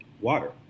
Water